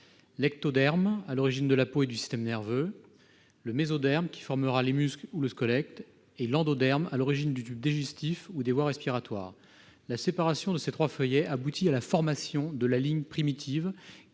l'ectoderme, à l'origine de la peau et du système nerveux ; le mésoderme, qui formera les muscles ou le squelette ; l'endoderme, à l'origine du tube digestif ou des voies respiratoires. La séparation de ces trois feuillets aboutit à la formation de la ligne primitive,